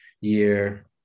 year